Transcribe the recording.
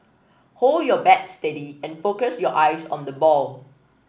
hold your bat steady and focus your eyes on the ball